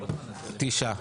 תשעה.